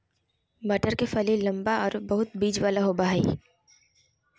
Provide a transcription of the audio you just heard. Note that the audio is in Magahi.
मटर के फली लम्बा आरो बहुत बिज वाला होबा हइ